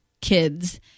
kids